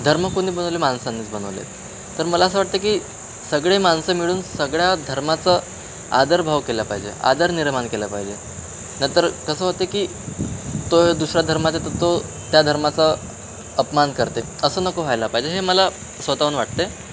धर्म कोणी बनवले माणसांनीच बनवले तर मला असं वाटतं की सगळे माणसं मिळून सगळ्या धर्माचं आदरभाव केला पाहिजे आदर निर्माण केला पाहिजे नंतर कसं होतं की तो दुसरा धर्माचे त तो त्या धर्माचा अपमान करते असं नको व्हायला पाहिजे हे मला स्वत हून वाटते